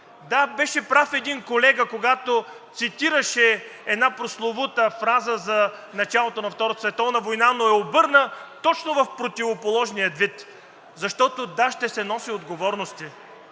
Да, беше прав един колега, когато цитираше една прословута фраза за началото на Втората световна война, но я обърна точно в противоположния вид, защото, да, ще се носят отговорности.